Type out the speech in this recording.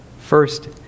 First